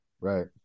right